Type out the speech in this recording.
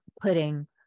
putting